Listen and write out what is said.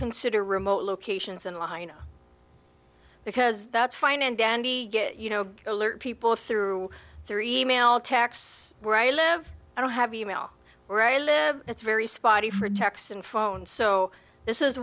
consider remote locations in line because that's fine and dandy you know alert people through three e mail texts where i live i don't have e mail where i live it's very spotty for text and phone so this is